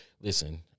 Listen